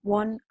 one